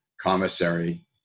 commissary